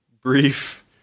brief